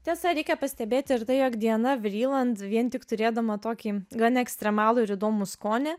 tiesa reikia pastebėti ir tai jog diana vriland vien tik turėdama tokį gan ekstremalų ir įdomų skonį